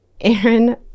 Aaron